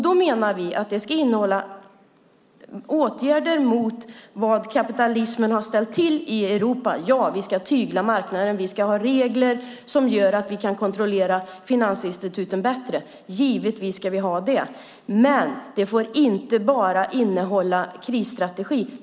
Då menar vi att den ska innehålla åtgärder mot vad kapitalismen har ställt till med i Europa. Ja, vi ska tygla marknaden. Vi ska ha regler som gör att vi kan kontrollera finansinstituten bättre. Givetvis ska vi ha det. Men det får inte bara innehålla en krisstrategi.